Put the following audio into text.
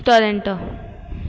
Toronto